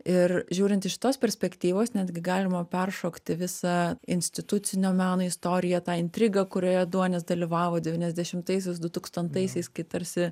ir žiūrint iš tos perspektyvos netgi galima peršokti visą institucinio meno istoriją tą intrigą kurioje duonis dalyvavo devyniasdešimtaisiais dutūkstantaisiais kai tarsi